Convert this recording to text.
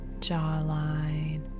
jawline